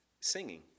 singing